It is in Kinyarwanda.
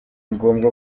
ngombwa